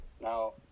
Now